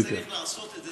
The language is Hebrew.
את זה צריך לעשות.